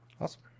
Awesome